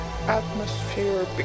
atmosphere